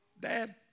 dad